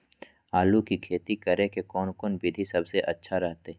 आलू की खेती करें के कौन कौन विधि सबसे अच्छा रहतय?